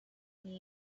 new